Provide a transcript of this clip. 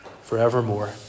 forevermore